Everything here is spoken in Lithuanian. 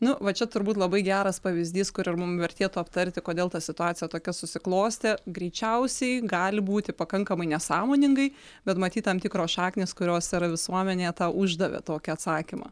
nu va čia turbūt labai geras pavyzdys kur ir mum vertėtų aptarti kodėl ta situacija tokia susiklostė greičiausiai gali būti pakankamai nesąmoningai bet matyt tam tikros šaknys kurios yra visuomenėje tą uždavė tokį atsakymą